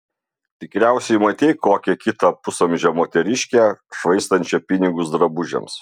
tikriausiai matei kokią kitą pusamžę moteriškę švaistančią pinigus drabužiams